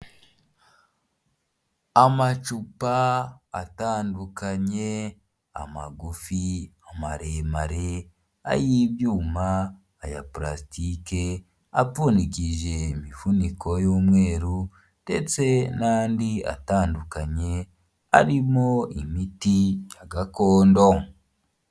Amacupa atandukanye; amagufi, maremare, ay'ibyuma, aya palasitike apfundikije imifuniko y'umweru ndetse n'andi atandukanye arimo imiti gakondo.